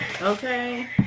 Okay